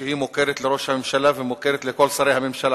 שמוכרת לראש הממשלה ומוכרת לכל שרי הממשלה,